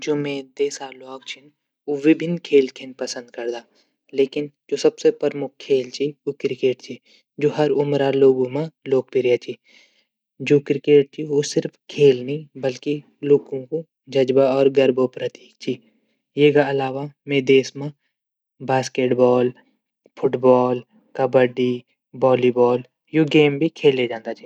जु हमा देश ची वेमा सबसे ज़्यादा ल्वोकु ते क्रिकेट खयन पसंद ची अर यू हर एक इंसान ते पसंद ची चाहे उ छोटू वो चाहे उ बड़ू वो वेगा आलावा फुटबॉल वेगि कब्बडी बैडमिंटन वेगि वॉलीबाल वेगि यु खेल भी लवकु ते खयन पसंद छिन।